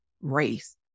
race